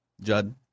Judd